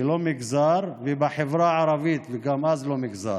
ולא מגזר,